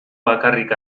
bakarrik